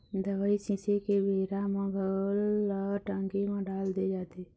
दवई छिंचे के बेरा म घोल ल टंकी म डाल दे जाथे